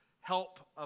help